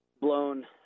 Blown